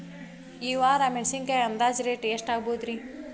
ಈ ವಾರ ಮೆಣಸಿನಕಾಯಿ ಅಂದಾಜ್ ಎಷ್ಟ ರೇಟ್ ಆಗಬಹುದ್ರೇ?